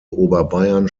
oberbayern